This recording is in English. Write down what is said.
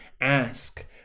Ask